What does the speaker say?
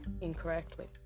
incorrectly